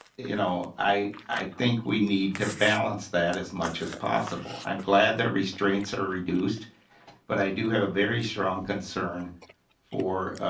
you know i i think we need to balance that as much as possible i'm glad that restraints are reduced but i do have a very strong concern for